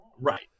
Right